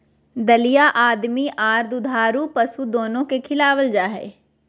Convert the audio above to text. दलिया आदमी आर दुधारू पशु दोनो के खिलावल जा हई,